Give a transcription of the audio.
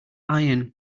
iron